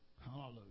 Hallelujah